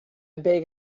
beg